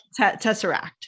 Tesseract